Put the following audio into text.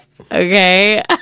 okay